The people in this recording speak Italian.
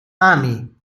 amy